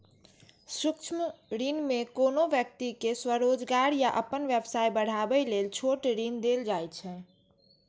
सूक्ष्म ऋण मे कोनो व्यक्ति कें स्वरोजगार या अपन व्यवसाय बढ़ाबै लेल छोट ऋण देल जाइ छै